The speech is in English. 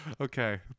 Okay